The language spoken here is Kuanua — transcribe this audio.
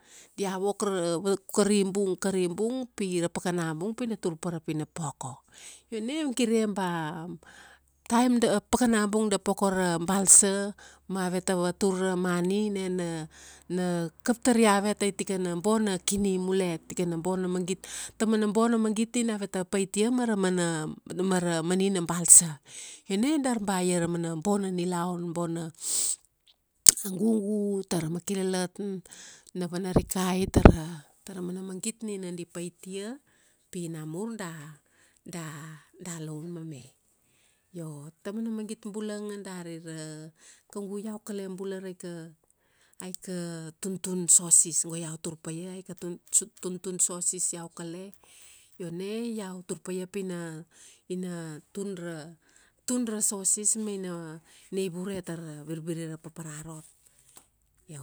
dia vok ra vak, kari bung, kari bung pi ra pakana bung pi da tur pa ra pinapoko. Io na gire ba, time da, pakana bung da poko ra balsa, ma veta vatur ra mani nena, na kap tar iavet tai tikana bona kini mule. Tikana bona magit. Tamana bona magit nina aveta pait ia mara mana, mara mani na balsa. Io na dar ba mana bona nilaun, bona, a gugu tara makilalat, na vana rikai tara mana magit nina di paitia, pi namur da, da da laun mame. Io tamana magit bulanga dari ra, kaugu iau kale bula raika, aika tuntun sosis. Go iau tur paia aika, tun- tuntun sosis iau kale, io na iau tur paia pina, ina tun ra, tun ra sosis maina, ina ivure tara virviri ra papara rot. Io.